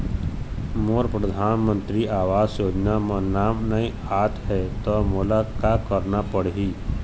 मोर परधानमंतरी आवास योजना म नाम नई आत हे त मोला का करना पड़ही?